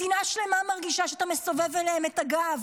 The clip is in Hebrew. מדינה שלמה מרגישה שאתה מסובב אליהם את הגב